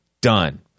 done